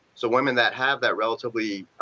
so, women that have that relatively